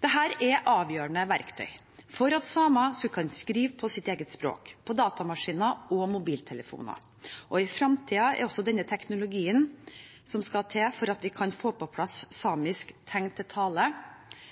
Dette er avgjørende verktøy for at samer skal kunne skrive sitt eget språk på datamaskiner og mobiltelefoner. I fremtiden er det også denne teknologien som skal til for at vi kan få på plass